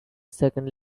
second